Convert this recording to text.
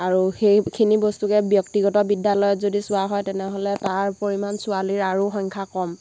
আৰু সেইখিনি বস্তুকে ব্যক্তিগত বিদ্যালয়ত যদি চোৱা হয় তেনেহ'লে তাৰ পৰিমাণ ছোৱালীৰ আৰু সংখ্যা কম